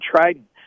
Trident